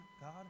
God